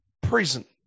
prison